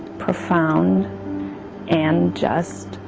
profound and just.